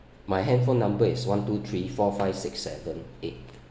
my handphone number is one two three four five six seven eight